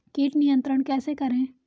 कीट नियंत्रण कैसे करें?